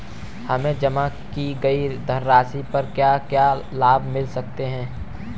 हमें जमा की गई धनराशि पर क्या क्या लाभ मिल सकता है?